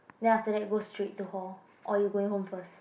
then after that go straight to hall or you going home first